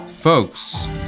Folks